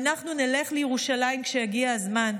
ואנחנו נלך לירושלים כשיגיע הזמן.